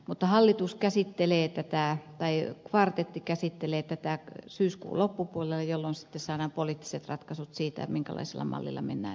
mutta hallitus käsitteli että tää ei kvartetti käsittelee tätä syyskuun loppupuolella jolloin saadaan poliittiset ratkaisut siitä minkälaisella mallilla mennä